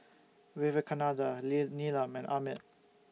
Vivekananda Lee Neelam and Amit